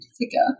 figure